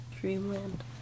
Dreamland